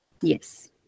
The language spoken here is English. Yes